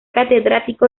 catedrático